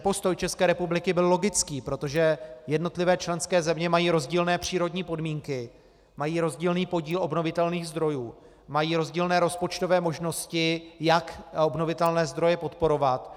Postoj České republiky byl logický, protože jednotlivé členské země mají rozdílné přírodní podmínky, mají rozdílný podíl obnovitelných zdrojů, mají rozdílné rozpočtové možnosti, jak obnovitelné zdroje podporovat.